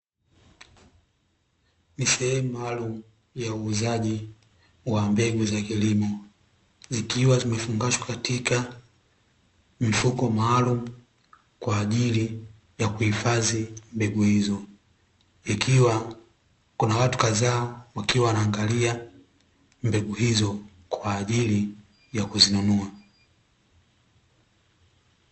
Ni sehemu maalumu ya uuzaji wa mbegu za kilimo, zikiwa zimefungashwa katika mifuko maalumu kwa ajili ya kuhifadhi mbegu hizo, ikiwa kuna watu kadhaa wakiwa wanaangalia mbegu hizo kwa ajili ya kuzinunua.